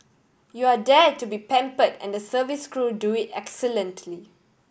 you are there to be pamper and the service crew do it excellently